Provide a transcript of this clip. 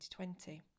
2020